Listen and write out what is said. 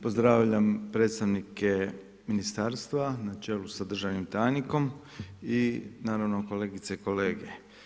Pozdravljam predstavnike Ministarstva na čelu sa državnim tajnikom i naravno kolegice i kolege.